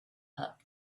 help